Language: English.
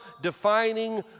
defining